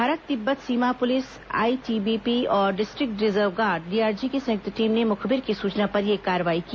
Bharat Tibet सीमा police ITBP और district reserve guard DRG की संयुक्त टीम ने मुखबिर की सूचना पर यह कार्रवाई की